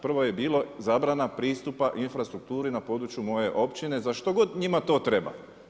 Prvo je bilo zabrana pristupa infrastrukturi na području moje općine za što god njima to treba.